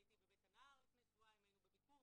הייתי ב'בית הנער' לפני שבועיים, היינו בביקור,